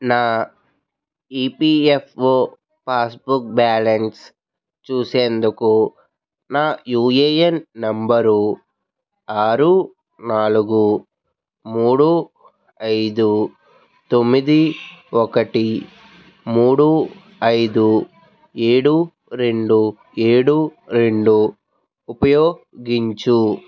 నా EPFO passbook balance చూసేందుకు నా యూఏఎన్ నంబరు ఆరు నాలుగు మూడు ఐదు తొమ్మిది ఒకటి మూడు ఐదు ఏడు రెండు ఏడు రెండు ఉపయోగించు